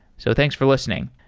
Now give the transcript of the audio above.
so thanks for listening.